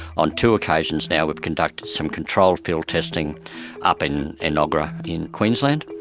on two occasions now we've conducted some controlled field testing up in in enoggera in queensland,